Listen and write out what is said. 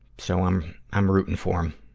so i'm, i'm rooting for him.